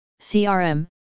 CRM